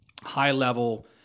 high-level